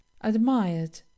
admired